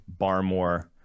Barmore